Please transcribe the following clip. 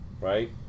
Right